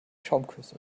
schaumküsse